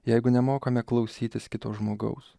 jeigu nemokame klausytis kito žmogaus